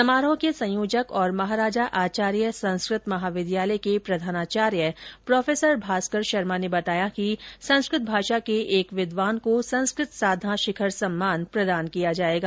समारोह के संयोजक और महाराजा आचार्य संस्कृत महाविद्यालय के प्रधानाचार्य प्रो भास्कर शर्मा ने बताया कि संस्कृत भाषा के एक विद्वान को संस्कृत साधना शिखर सम्मान प्रदान किया जाएगा